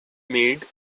made